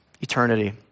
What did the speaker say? eternity